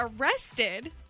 arrested